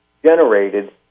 generated